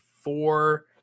four